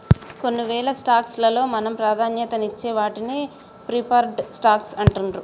కొన్నివేల స్టాక్స్ లలో మనం ప్రాధాన్యతనిచ్చే వాటిని ప్రిఫర్డ్ స్టాక్స్ అంటుండ్రు